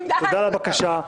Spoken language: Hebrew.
תודה על הבקשה,